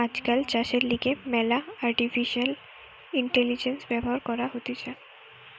আজকাল চাষের লিগে ম্যালা আর্টিফিশিয়াল ইন্টেলিজেন্স ব্যবহার করা হতিছে